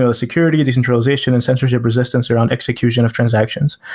ah security decentralization and censorship resistance around execution of transactions.